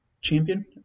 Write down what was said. Champion